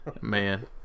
Man